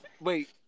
Wait